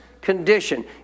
condition